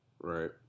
Right